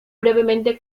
brevemente